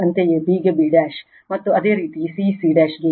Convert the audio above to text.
ಅಂತೆಯೇ b ಗೆ b ಮತ್ತು ಅದೇ ರೀತಿ c c ಗೆ